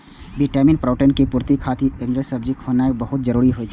vitamin, protein के पूर्ति खातिर हरियर सब्जी खेनाय बहुत जरूरी होइ छै